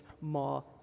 more